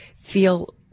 feel